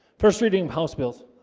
first reading house bills